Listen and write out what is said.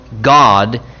God